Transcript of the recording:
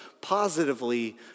positively